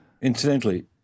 Incidentally